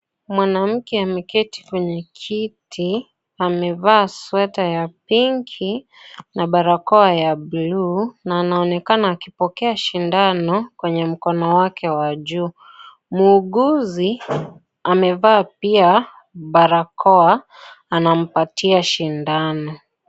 Mwanamke ameketi kwenye kiti amevaa sweta ya pinki, na barakoa ya buluu na anaonekana akipokea sindano kwenye mkono wake wa juu. Muuguzi, amevaa pia barakoa anampatia sindano.